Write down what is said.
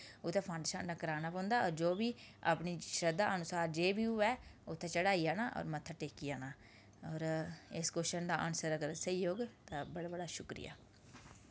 उत्थैं फांडा शांडा कराना पौंदा होर जो बी अपनी शरधा अनुसार जे बी होऐ उत्थें चढ़ाइयै आना होर मत्था टेकी औना होर इस कोश्चन दा आंसर अगर स्हेई होग तां बड़ा बड़ा शुक्रिया